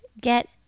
get